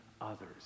others